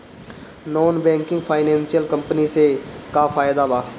Non banking financial company से का फायदा बा?